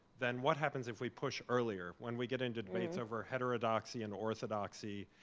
then what happens if we push earlier when we get in debates over heterodoxy and orthodoxy?